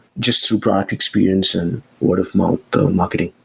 just through product experience and word of mouth through marketing.